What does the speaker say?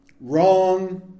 wrong